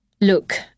Look